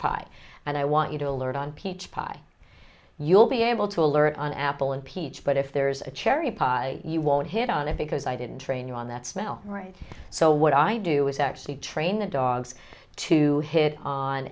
pie and i want you to alert on peach pie you'll be able to alert on apple and peach but if there's a cherry pie you won't hit on it because i didn't train you on that smell right so what i do is actually train the dogs to hit on